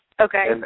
Okay